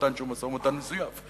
משא-ומתן שהוא משא-ומתן מזויף.